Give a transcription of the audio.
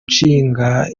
nshinga